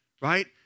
Right